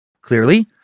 Clearly